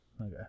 Okay